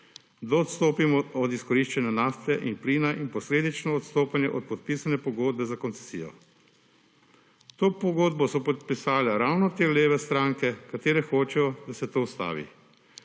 da odstopimo od izkoriščanja nafte in plina in posledično – odstopanje od podpisane pogodbe za koncesijo. To pogodbo so podpisale ravno te leve stranke, katere hočejo, da se to ustavi.